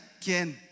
quién